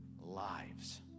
lives